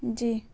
جی